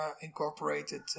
incorporated